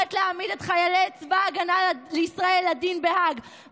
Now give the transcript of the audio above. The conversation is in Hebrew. שקוראת להעמיד את חיילי צבא ההגנה לישראל לדין בהאג,